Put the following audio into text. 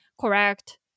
correct